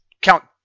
count